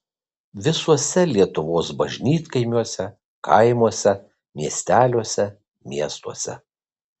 visuose lietuvos bažnytkaimiuose kaimuose miesteliuose miestuose